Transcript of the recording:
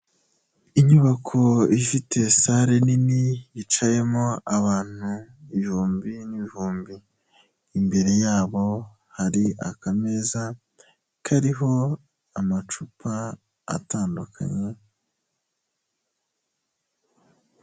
Inyubako ifite salle nini yicayemo abantu ibihumbi n'ibihumbi, imbere yabo hari akameza kariho amacupa atandukanye.